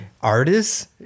artists